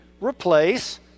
replace